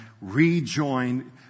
rejoin